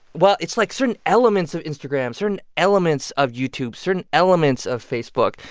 well, it's like certain elements of instagram, certain elements of youtube, certain elements of facebook.